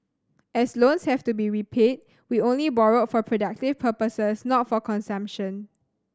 as loans have to be repaid we only borrowed for productive purposes not for consumption